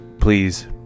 please